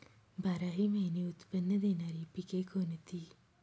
बाराही महिने उत्त्पन्न देणारी पिके कोणती?